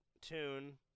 tune